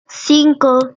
cinco